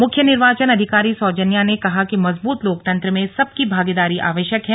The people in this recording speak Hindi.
मुख्य निर्वाचन अधिकारी सौजन्या ने कहा कि मजबूत लोकतंत्र में सबकी भागीदारी आवश्यक है